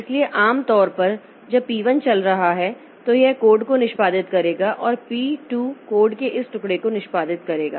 इसलिए आम तौर पर जब पी 1 चल रहा है तो यह कोड को निष्पादित करेगा और पी 2 कोड के इस टुकड़े को निष्पादित करेगा